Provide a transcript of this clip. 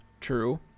true